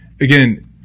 again